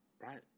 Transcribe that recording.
right